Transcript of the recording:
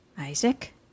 Isaac